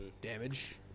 damage